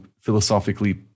philosophically